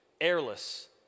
airless